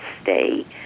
state